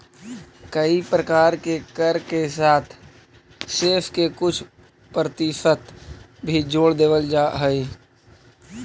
कए प्रकार के कर के साथ सेस के कुछ परतिसत भी जोड़ देवल जा हई